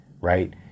right